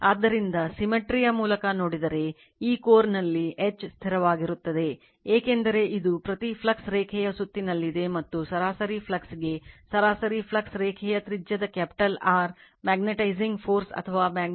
ಆದ್ದರಿಂದ symmetry ಇದನ್ನು H NI 2 π R